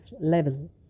level